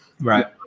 Right